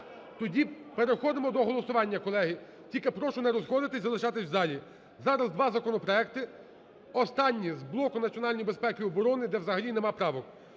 Тоді переходимо до голосування, колеги. Тільки прошу не розходитись, залишатись в залі. Зараз два законопроекти. Останній з блоку національної безпеки і оборони, де взагалі нема правок.